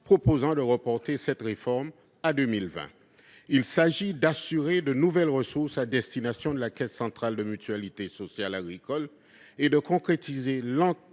visait à reporter cette réforme à 2020. Il s'agit d'assurer de nouvelles ressources à destination de la Caisse centrale de la mutualité sociale agricole et de concrétiser l'engagement